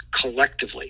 collectively